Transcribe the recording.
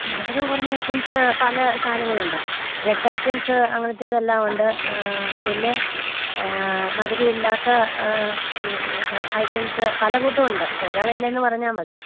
മധുരം കുറഞ്ഞ ഐറ്റംസ് പല സാധനങ്ങൾ ഉണ്ട് ബ്രെഡ് ഐറ്റംസ് അങ്ങനത്തേത് എല്ലാം ഉണ്ട് പിന്നെ മധുരം ഇല്ലാത്ത ഐറ്റംസ് പല കൂട്ടം ഉണ്ട് ഏതാണ് വേണ്ടതെന്ന് പറഞ്ഞാൽ മതി